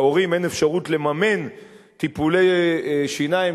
להורים אין אפשרות לממן טיפולי שיניים,